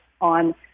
on